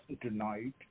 tonight